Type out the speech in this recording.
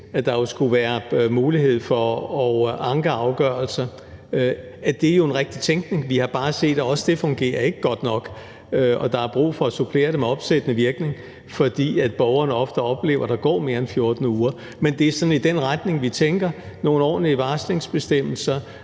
at der skulle være mulighed for at anke afgørelser – jo en rigtig tænkning. Vi har bare set, at også det ikke fungerer godt nok, og at der er brug for at supplere det med opsættende virkning, fordi borgerne ofte oplever, at der går mere end 14 uger. Men det er sådan noget i den retning, vi tænker på: nogle ordentlige varslingsbestemmelser